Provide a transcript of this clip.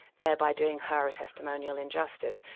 thereby doing her a testimonial injustice.